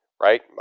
right